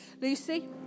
Lucy